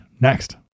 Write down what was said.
Next